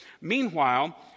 meanwhile